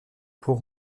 pour